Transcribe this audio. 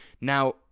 Now